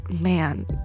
man